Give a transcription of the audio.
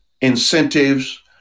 incentives